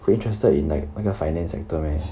interested in like 那个 finance sector meh